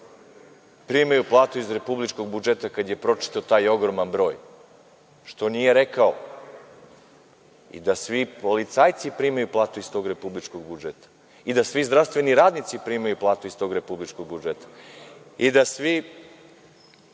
primaju platu iz republičkog budžeta, kad je pročitao taj ogroman broj, što nije rekao i da svi policajci primaju platu iz tog republičkog budžeta i da svi zdravstveni radnici primaju platu iz tog republičkog budžeta i da svi